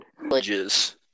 villages